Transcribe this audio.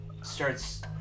starts